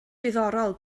diddorol